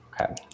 Okay